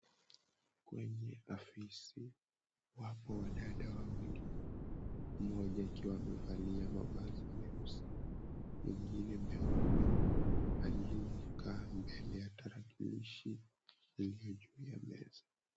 Kwenye afisi wapo wadada wawili. Mmoja akiwa amevalia mavazi meusi, mwingine mweupe. Aliyekaa mbele ya tarakilishi mwingine juu ya meza.